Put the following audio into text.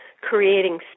creating